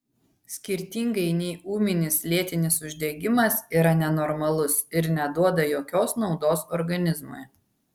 skirtingai nei ūminis lėtinis uždegimas yra nenormalus ir neduoda jokios naudos organizmui